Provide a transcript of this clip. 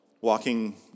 walking